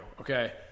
okay